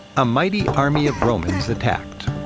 a mighty army of romans attacked.